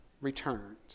returns